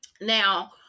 Now